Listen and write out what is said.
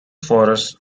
forest